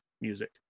music